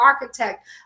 architect